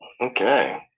Okay